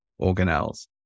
organelles